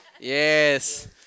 Yes